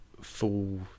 full